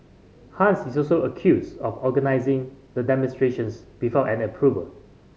Hans is also accused of organising the demonstrations before an approval